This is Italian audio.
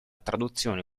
traduzione